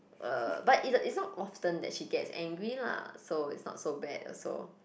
uh but it it's not often that she gets angry lah so is not so bad also